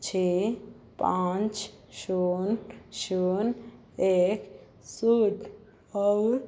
छः पाँच शून्य शून्य एक शूद और